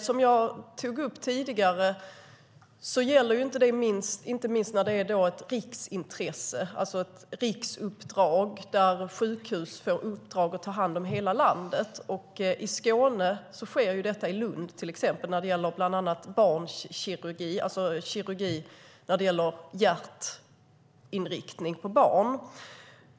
Som jag tog upp tidigare gäller det inte minst när det handlar om riksuppdrag där sjukhus får uppdrag från hela landet. I Skåne sker detta i Lund, bland annat när det gäller hjärtkirurgi på barn.